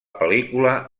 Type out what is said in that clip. pel·lícula